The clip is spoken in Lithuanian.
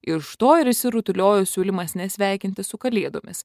iš to ir išsirutuliojo siūlymas nesveikinti su kalėdomis